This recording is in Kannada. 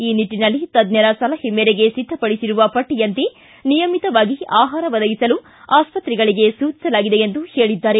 ಈ ನಿಟ್ಟಿನಲ್ಲಿ ತಜ್ಞರ ಸಲಹೆ ಮೇರೆಗೆ ಸಿದ್ಧಪಡಿಸಿರುವ ಪಟ್ಟಿಯಂತೆ ನಿಯಮಿತವಾಗಿ ಆಹಾರ ಒದಗಿಸಲು ಆಸ್ಪತ್ರೆಗಳಿಗೆ ಸೂಚಿಸಲಾಗಿದೆ ಎಂದು ಹೇಳಿದ್ದಾರೆ